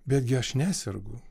betgi aš nesergu